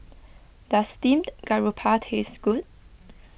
does Steamed Garoupa taste good